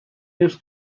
lives